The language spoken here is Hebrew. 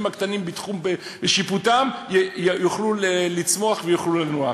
הקטנים בתחום שיפוטן יוכלו לצמוח ויוכלו לנוע.